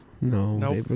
No